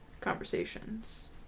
conversations